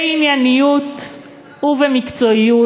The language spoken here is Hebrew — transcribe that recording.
בענייניות ובמקצועיות.